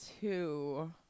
two